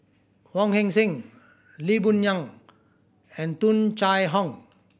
Wong Heck Sing Lee Boon Ngan and Tung Chye Hong